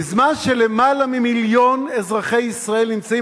בזמן שיותר ממיליון אזרחי ישראל נמצאים